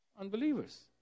Unbelievers